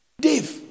Dave